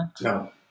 No